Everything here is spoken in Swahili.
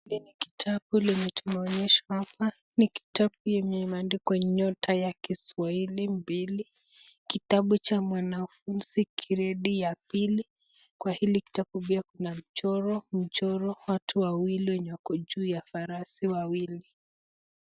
Hii ni kitabu limetumanishwa hapa, ni kitabu yenye imeandikwa " Nyota ya Kiswahili 2", kitabu cha mwanafunzi gredi ya pili, kwa hili kitabu pia kuna mchoro, mchoro watu wawili wenye wako juu ya farasi wawili.